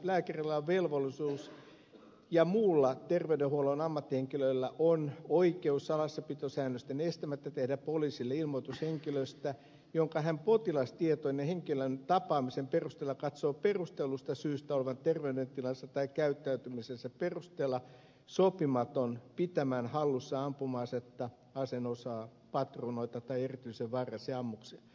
lääkärillä on velvollisuus ja muulla terveydenhuollon ammattihenkilöillä on oikeus salassapitosäännösten estämättä tehdä poliisille ilmoitus henkilöstä jonka hän potilastietojen ja henkilön tapaamisen perusteella katsoo perustellusta syystä olevan terveydentilansa tai käyttäytymisensä perusteella sopimaton pitämään hallussaan ampuma asetta aseen osaa patruunoita tai erityisen vaarallisia ammuksia